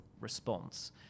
response